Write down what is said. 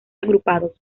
agrupados